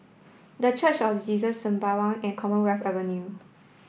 the Church of Jesus Sembawang and Commonwealth Avenue